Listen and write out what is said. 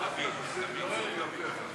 חברי הכנסת, 35 בעד, 37 נגד.